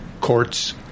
Courts